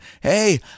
hey